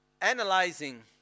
Analyzing